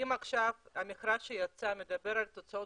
אם עכשיו המכרז שיצא מדבר על תוצאות